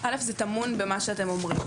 א', זה טמון במה שאתם אומרים.